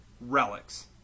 relics